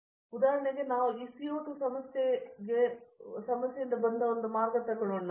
ವಿಶ್ವನಾಥನ್ ಆದ್ದರಿಂದ ಉದಾಹರಣೆಗೆ ನಾವು ಈ CO2 ಸಮಸ್ಯೆಗೆ ಬಂದ ಮಾರ್ಗವಾಗಿದೆ